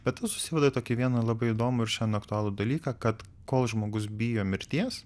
bet tas susiveda į tokį vieną labai įdomų ir šiandien aktualų dalyką kad kol žmogus bijo mirties